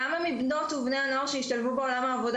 כמה מבנות ומבני הנוער שהשתלבו בעולם העבודה